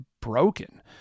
broken